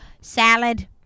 salad